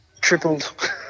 tripled